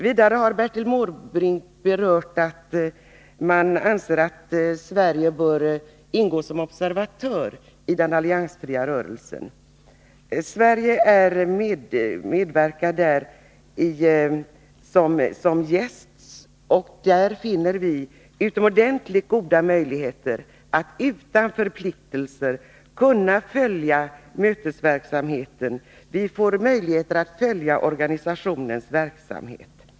Vidare har Bertil Måbrink anfört att Sverige bör ingå som observatör i den alliansfria rörelsen. Sverige medverkar där som gäst, och på det sättet finner vi utomordentligt goda möjligheter att utan förpliktelser följa organisationens verksamhet.